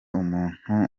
umuntu